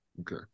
Okay